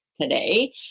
Today